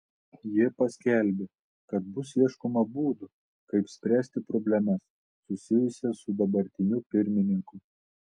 jie paskelbė kad bus ieškoma būdų kaip spręsti problemas susijusias su dabartiniu pirmininku